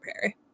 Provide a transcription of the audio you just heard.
Perry